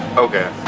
okay.